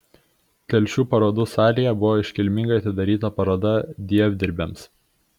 telšių parodų salėje buvo iškilmingai atidaryta paroda dievdirbiams